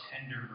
tender